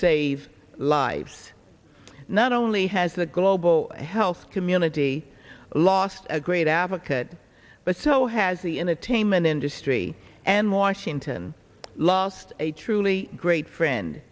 save lives not only has the global health community lost a great advocate but so has the entertainment industry and washington last a truly great friend